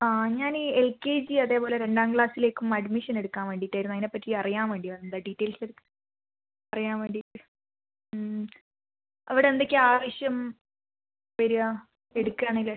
അ ഞാൻ ഈ L K G അതേപോലെ രണ്ടാം ക്ലാസ്സിലേക്കും അഡ്മിഷൻ എടുക്കാൻ വേണ്ടിയിട്ടായിരുന്നു അതിനെ പറ്റി അറിയാൻ വേണ്ടി വന്നതാണ് ഡീറ്റെയിൽസ് അറിയാൻ വേണ്ടിയിട്ട് അ അവിടെ എന്തൊക്കെയാണ് ആവശ്യം വരിക എടുക്കുവാണെങ്കില്